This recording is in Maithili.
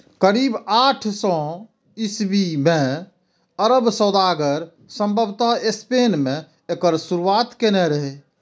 करीब आठ सय ईस्वी मे अरब सौदागर संभवतः स्पेन मे एकर शुरुआत केने रहै